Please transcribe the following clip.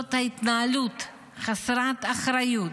זאת התנהלות חסרת אחריות,